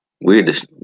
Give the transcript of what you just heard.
weird